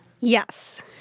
Yes